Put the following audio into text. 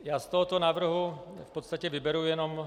Já z tohoto návrhu v podstatě vyberu jenom...